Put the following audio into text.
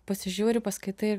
pasižiūri paskaitai